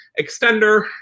extender